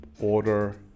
order